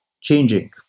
changing